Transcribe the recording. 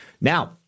Now